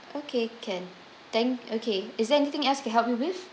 okay can thank okay is there anything else could help me with